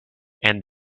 and